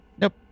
nope